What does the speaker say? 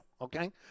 okay